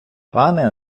пане